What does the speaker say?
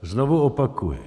Znovu opakuji.